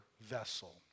vessel